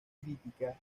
crítica